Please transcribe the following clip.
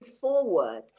forward